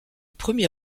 premier